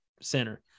center